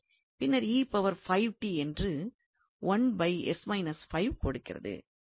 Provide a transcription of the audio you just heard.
பின்னர் என்று கொடுக்கிறது